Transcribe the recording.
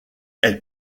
elle